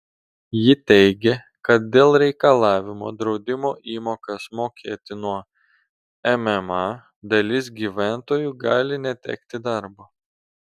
ji teigė kad dėl reikalavimo draudimo įmokas mokėti nuo mma dalis gyventojų gali netekti darbo